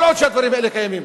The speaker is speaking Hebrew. כל עוד הדברים האלה קיימים,